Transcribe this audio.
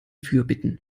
fürbitten